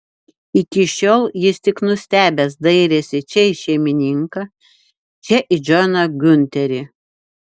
iki šiol jis tik nustebęs dairėsi čia į šeimininką čia į džoną giunterį